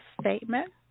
statement